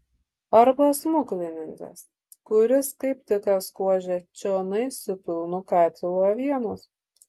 arba smuklininkas kuris kaip tik atskuodžia čionai su pilnu katilu avienos